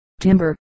timber